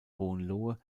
hohenlohe